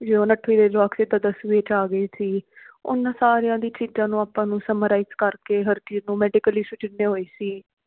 ਜੋ ਹੁਣ ਅੱਠਵੀਂ ਦੇ ਜਵਾਕ ਸੀ ਉਹ ਦਸਵੀਂ 'ਚ ਆ ਗਏ ਸੀ ਉਹਨਾਂ ਸਾਰਿਆਂ ਦੀ ਚੀਜ਼ਾਂ ਨੂੰ ਆਪਾਂ ਨੂੰ ਸਮਰਾਈਜ ਕਰਕੇ ਹਰ ਚੀਜ਼ ਨੂੰ ਮੈਡੀਕਲ ਇਸ਼ੂ ਜਿੰਨੇ ਹੋਏ ਸੀ